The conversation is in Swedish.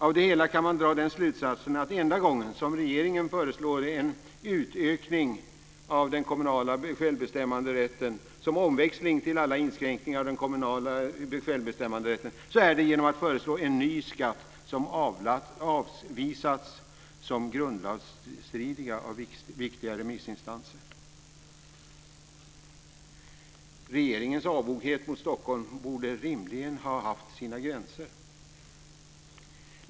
Av det hela kan man dra den slutsatsen att den enda gång som regeringen föreslår en utökning av den kommunala självbestämmanderätten, som omväxling till alla inskränkningar av den kommunala självbestämmanderätten, gör man det genom att föreslå en ny skatt som har avvisats som grundlagsstridig av viktiga remissinstanser. Regeringens avoghet mot Stockholm borde rimligen ha haft sina gränser.